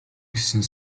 гэсэн